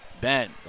Ben